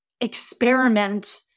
experiment